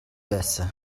байсан